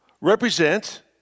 represent